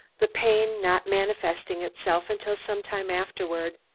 the pain not manifesting itself until some time afterward.